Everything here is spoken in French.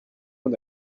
mon